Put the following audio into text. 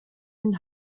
den